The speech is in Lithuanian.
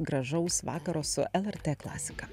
gražaus vakaro su lrt klasika